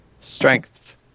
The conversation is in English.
Strength